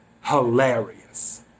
hilarious